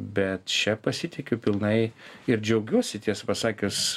bet čia pasitikiu pilnai ir džiaugiuosi tiesą pasakius